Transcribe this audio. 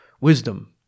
wisdom